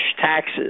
taxes